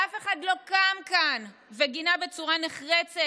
ואף אחד לא קם כאן וגינה בצורה נחרצת